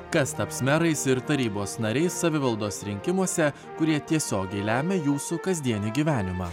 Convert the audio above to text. kas taps merais ir tarybos nariais savivaldos rinkimuose kurie tiesiogiai lemia jūsų kasdienį gyvenimą